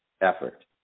effort